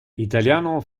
italiano